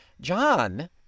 John